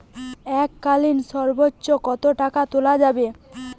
এককালীন সর্বোচ্চ কত টাকা তোলা যাবে?